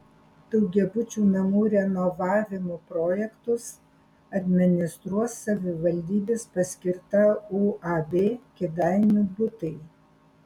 daugiabučių namų renovavimo projektus administruos savivaldybės paskirta uab kėdainių butai